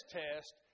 test